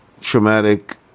traumatic